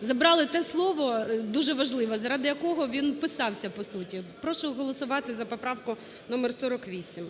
забрали те слово дуже важливе, заради якого він писався, по суті. Прошу голосувати за поправку номер 48.